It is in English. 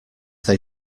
they